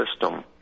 system